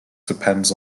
depends